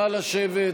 נא לשבת.